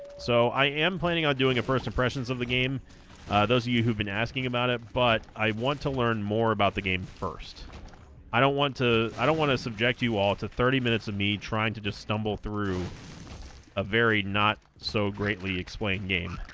so i am planning on doing a first impressions of the game those of you who've been asking about it but i want to learn more about the game first i don't want to i don't want to subject you all to thirty minutes of me trying to just stumble through a very not so greatly explained game